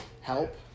help